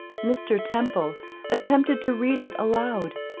mr. temple attempted to read it aloud,